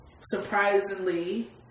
surprisingly